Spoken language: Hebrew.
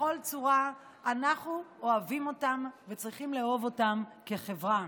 בכל צורה אנחנו אוהבים אותם וצריכים לאהוב אותם כחברה.